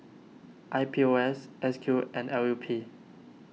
I P O S S Q and L U P